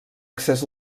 accés